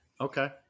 Okay